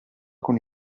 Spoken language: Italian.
con